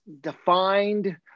defined